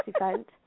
event